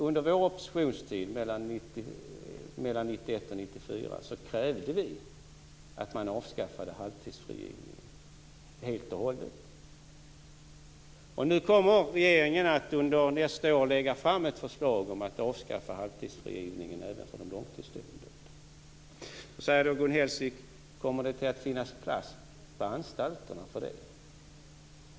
Under vår oppositionstid mellan 1991 och 1994 krävde vi att man skulle avskaffa halvtidsfrigivningen helt och hållet. Nu kommer regeringen att under nästa år lägga fram ett förslag om att avskaffa halvtidsfrigivningen även för de långtidsdömda. Då frågar Gun Hellsvik: Kommer det att finnas plats på anstalterna för det?